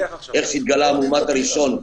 איך שהתגלה הראשון,